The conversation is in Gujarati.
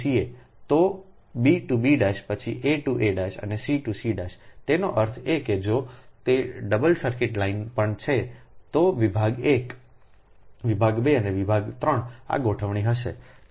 તો b ટ b પછી a ટુ a અને c ટુ cતેનો અર્થ એ કે જો તે ડબલ સર્કિટ લાઇન પણ છે તો વિભાગ 1 વિભાગ 2 અને વિભાગ 3 આ ગોઠવણી હશે